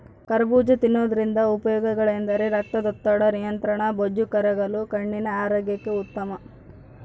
ಕರಬೂಜ ತಿನ್ನೋದ್ರಿಂದ ಉಪಯೋಗಗಳೆಂದರೆ ರಕ್ತದೊತ್ತಡದ ನಿಯಂತ್ರಣ, ಬೊಜ್ಜು ಕರಗಲು, ಕಣ್ಣಿನ ಆರೋಗ್ಯಕ್ಕೆ ಉತ್ತಮ